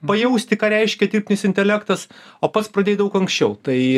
pajausti ką reiškia dirbtinis intelektas o pats pradėjai daug anksčiau tai